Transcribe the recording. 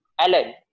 Alan